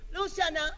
Luciana